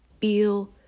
feel